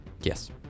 Yes